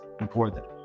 important